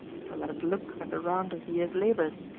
for let us look at the round of the year's labours.